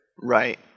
Right